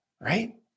right